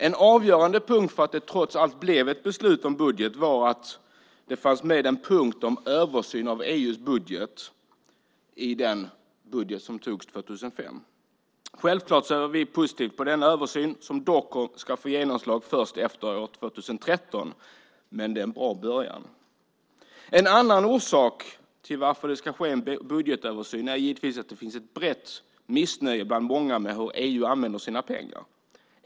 En avgörande punkt för att det trots att blev ett beslut om budget var att en punkt om översyn av EU:s budget fanns med i den budget som antogs 2005. Självklart ser vi positivt på denna översyn även om den ska få genomslag först efter 2013. Det är dock en bra början. En annan orsak till budgetöversynen är givetvis att det finns ett utbrett missnöje med hur EU använder sina pengar.